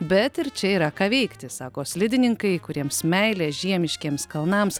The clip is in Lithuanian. bet ir čia yra ką veikti sako slidininkai kuriems meilė žiemiškiems kalnams